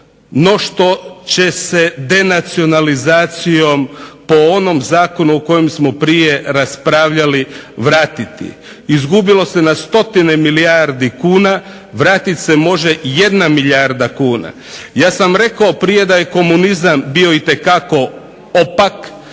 no što će se denacionalizacijom po onom zakonu o kojem smo prije raspravljali vratiti. Izgubilo se na 100 milijardi kuna, vratiti se može 1 milijarda kuna. Ja sam rekao prije da je komunizam bio itekako opak,